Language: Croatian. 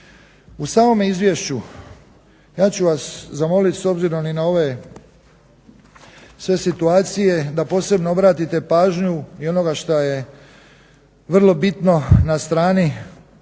U samome izvješću ja ću vas zamoliti s obzirom na ove sve situacije da posebno obratite pažnju i onoga što je vrlo bitno na str.